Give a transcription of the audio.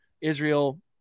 Israel